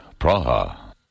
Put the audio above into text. Praha